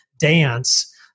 dance